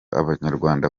abanyarwanda